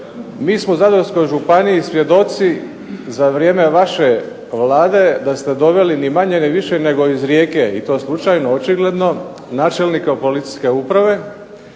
Mi smo u Zadarskoj županiji svjedoci, za vrijeme vaše Vlade da ste doveli ni manje ni više nego iz Rijeke i to slučajno očigledno načelnika policijske uprave,